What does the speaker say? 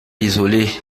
isolé